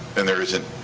and there isn't.